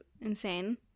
insane